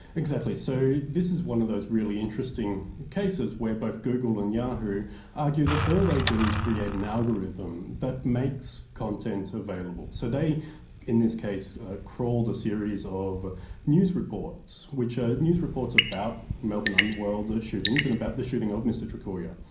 exactly. so this is one of those really interesting cases where both google and yahoo argue that all they do is create an algorithm that makes content available. so in this case they crawled a series of news reports which are news reports about melbourne underworld shootings and about the shooting of mr trkulja.